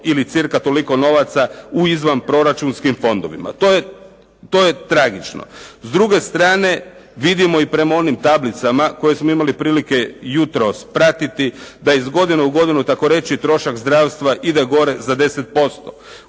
ili cca. toliko novaca u izvanproračunskim fondovima. To je tragično. S druge strane, vidimo i prema onim tablicama koje smo imali i prilike jutros pratiti da je iz godine u godinu tako reći trošak zdravstva ide gore za 10%.